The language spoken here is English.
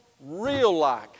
real-like